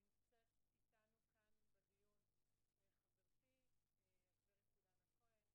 נמצאת אתנו כאן בדיון חברתי גברת אילנה כהן,